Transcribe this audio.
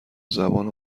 زبان